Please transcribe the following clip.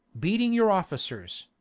beating your officers,